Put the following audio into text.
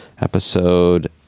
episode